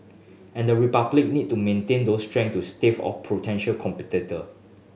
and the Republic need to maintain those strengths to stave off potential competitor